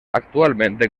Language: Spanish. actualmente